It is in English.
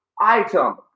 item